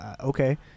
okay